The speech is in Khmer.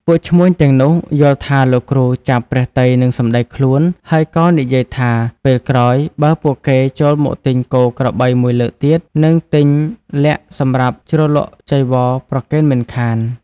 ពួកឈ្មួញទាំងនោះយល់ថាលោកគ្រូចាប់ព្រះទ័យនឹងសំដីខ្លួន ហើយក៏និយាយថាពេលក្រោយបើពួកគេចូលមកទិញគោក្របីមួយលើកទៀត នឹងទិញល័ក្តសម្រាប់ជ្រលក់ចីវរប្រគេនមិនខាន។